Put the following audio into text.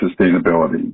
sustainability